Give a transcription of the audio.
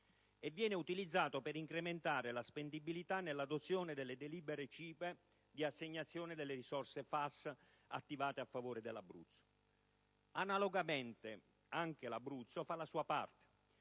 e viene utilizzato per incrementare la spendibilità nell'adozione delle delibere CIPE di assegnazione delle risorse FAS attivate a favore dell'Abruzzo. Analogamente, anche l'Abruzzo fa la sua parte.